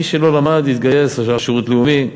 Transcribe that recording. מי שלא למד התגייס, עשה שירות לאומי.